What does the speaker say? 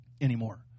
anymore